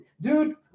Dude